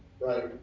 Right